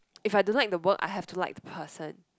if I do not in the work I have to like the person